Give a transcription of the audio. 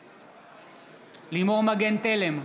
נגד לימור מגן תלם,